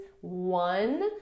one